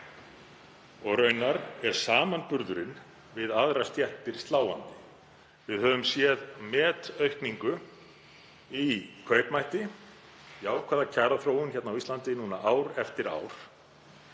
Raunar er samanburðurinn við aðrar stéttir sláandi. Við höfum séð metaukningu í kaupmætti, jákvæða kjaraþróun á Íslandi núna ár eftir ár